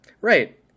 Right